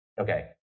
okay